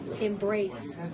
embrace